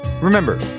remember